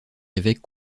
évêque